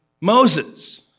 Moses